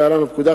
להלן: הפקודה,